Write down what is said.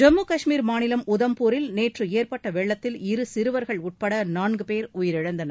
ஜம்மு கஷ்மீர் மாநிலம் உதம்பூரில் நேற்று ஏற்பட்ட வெள்ளத்தில் இரு சிறுவர்கள் உட்பட நான்கு பேர் உயிரிழந்தனர்